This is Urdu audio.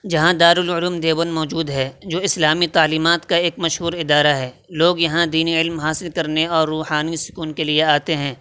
جہاں دارالعلوم دیوبند موجود ہے جو اسلامی تعلیمات کا ایک مشہور ادارہ ہے لوگ یہاں دینی علم حاصل کرنے اور روحانی سکون کے لیے آتے ہیں